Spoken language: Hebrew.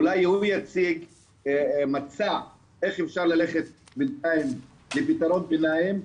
אולי הוא יציג מצע איך אפשר ללכת בינתיים לפתרון ביניים,